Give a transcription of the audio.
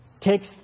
takes